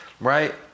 right